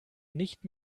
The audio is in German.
nicht